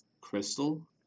crystal